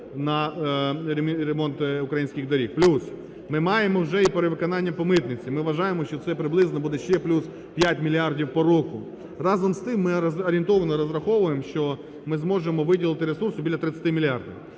на ремонт українських доріг, плюс ми маємо вже і перевиконання по митниці, ми вважаємо, що це приблизно буде ще плюс 5 мільярдів по року. Разом з тим ми орієнтовно розраховуємо, що ми зможемо виділити ресурсу біля 30 мільярдів.